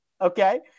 okay